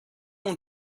اون